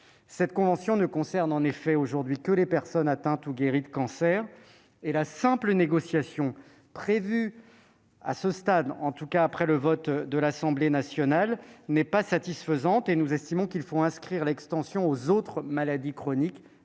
Cette convention ne concerne en effet aujourd'hui que les personnes atteintes ou guéries de cancer. La simple négociation prévue dans la version du texte issue de l'Assemblée nationale n'est pas satisfaisante. Nous estimons qu'il faut inscrire cette extension aux autres maladies chroniques